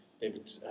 David